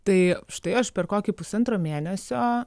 tai štai aš per kokį pusantro mėnesio